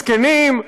זקנים,